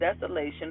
desolation